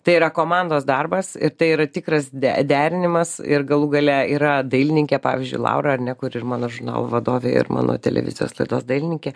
tai yra komandos darbas ir tai yra tikras de derinimas ir galų gale yra dailininkė pavyzdžiui laura ar ne kur ir mano žurnalo vadovė ir mano televizijos laidos dailininkė